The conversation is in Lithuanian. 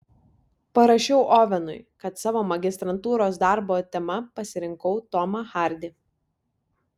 parašiau ovenui kad savo magistrantūros darbo tema pasirinkau tomą hardį